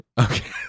Okay